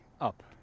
up